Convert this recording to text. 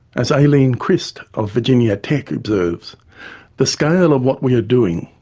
as eileen crist of virginia tech observes the scale of what we are doing,